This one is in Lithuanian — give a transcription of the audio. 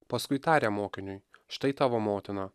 paskui tarė mokiniui štai tavo motina